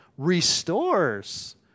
restores